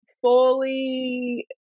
fully